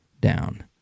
down